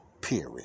period